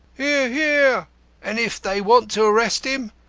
hear, hear! and if they want to arrest him,